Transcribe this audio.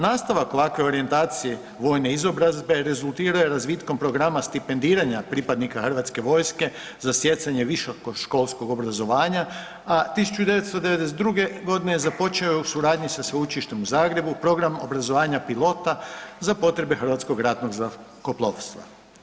Nastavak ovakve orijentacije vojne izobrazbe rezultirao je razvitkom programa stipendiranja pripadnika hrvatske vojske za stjecanje visokoškolskog obrazovanja, a 1992. godine započeo je u suradnji sa Sveučilištem u Zagrebu program obrazovanja pilota za potrebe Hrvatskog ratnog zrakoplovstva.